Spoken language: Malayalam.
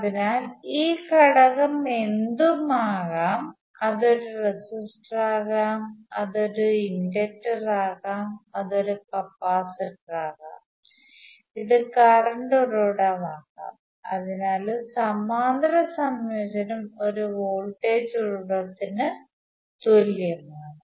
അതിനാൽ ഈ ഘടകം എന്തും ആകാം അത് ഒരു റെസിസ്റ്ററാകാം അത് ഒരു ഇൻഡക്റ്റർ ആകാം അത് കപ്പാസിറ്ററാകാം ഇത് കറണ്ട് ഉറവിടമാകാം അതിനാൽ സമാന്തര സംയോജനം ഒരു വോൾട്ടേജ് ഉറവിടത്തിന് തുല്യമാണ്